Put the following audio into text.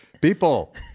people